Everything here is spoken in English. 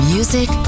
Music